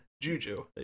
Juju